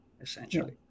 essentially